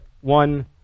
one